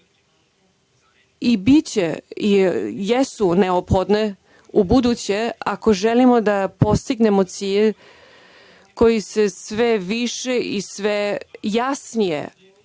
i biće i jesu neophodne ubuduće ako želimo da postignemo cilj koji se sve više i sve jasnije,